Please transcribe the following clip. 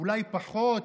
אולי פחות?